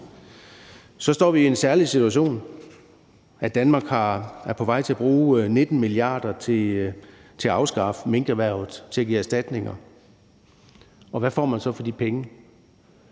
Så står vi i en særlig situation, nemlig at Danmark er på vej til at bruge 19 mia. kr. til at afskaffe minkerhvervet i form af erstatninger. Hvad får man så for de penge?